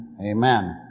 Amen